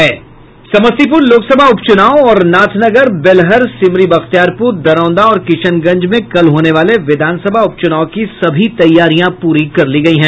समस्तीपुर लोकसभा उपचुनाव और नाथनगर बेलहर सिमरी बख्तियारपुर दरौंदा और किशनगंज में कल होने वाले विधानसभा उपचुनाव की सभी तैयारिया पूरी कर ली गयी है